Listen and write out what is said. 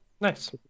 Nice